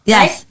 Yes